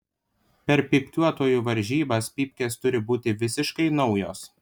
per pypkiuotojų varžybas pypkės turi būti visiškai naujos